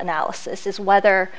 analysis is whether